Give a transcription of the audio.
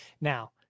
Now